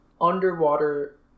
underwater